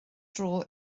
dro